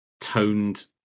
toned